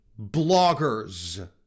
bloggers